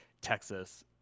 Texas